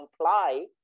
comply